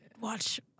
watch